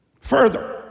Further